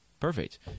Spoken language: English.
perfect